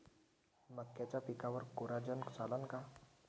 मक्याच्या पिकावर कोराजेन चालन का?